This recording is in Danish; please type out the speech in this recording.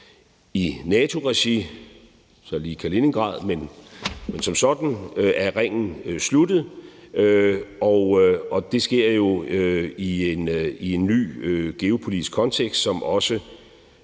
i NATO-regi, altså bortset fra Kaliningrad, men som sådan er ringen sluttet, og det sker jo i en ny geopolitisk kontekst, som også